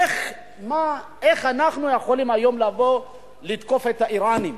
איך אנחנו יכולים היום לתקוף את האירנים?